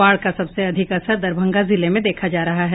बाढ का सबसे अधिक असर दरभंगा जिले में देखा जा रहा है